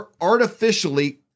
artificially